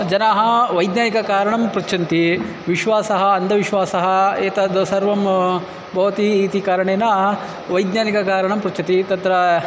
जनाः वैज्ञानिककारणं पृच्छन्ति विश्वासः अन्धविश्वासः एतत् सर्वं भवति इति कारणेन वैज्ञानिककारणं पृच्छति तत्र